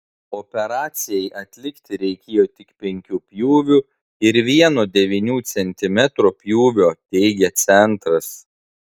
operacijai atlikti reikėjo tik penkių pjūvių ir vieno devynių centimetrų pjūvio teigia centras